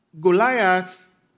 Goliath